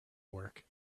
work